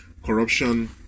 Corruption